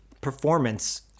performance